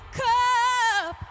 cup